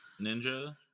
ninja